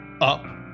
up